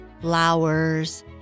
flowers